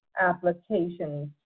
applications